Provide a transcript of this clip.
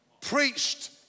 preached